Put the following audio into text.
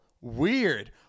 weird